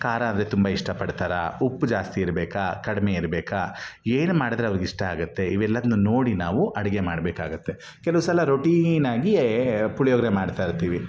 ಖಾರ ಅಂದರೆ ತುಂಬ ಇಷ್ಟಪಡ್ತಾರಾ ಉಪ್ಪು ಜಾಸ್ತಿ ಇರಬೇಕಾ ಕಡಿಮೆ ಇರಬೇಕಾ ಏನು ಮಾಡಿದ್ರೆ ಅವರಿಗಿಷ್ಟ ಆಗುತ್ತೆ ಇವೆಲ್ಲದ್ನ ನೋಡಿ ನಾವು ಅಡುಗೆ ಮಾಡಬೇಕಾಗತ್ತೆ ಕೆಲವು ಸಲ ರೊಟಿನಾಗಿಯೇ ಪುಳಿಯೋಗರೆ ಮಾಡ್ತಾಯಿರ್ತೀವಿ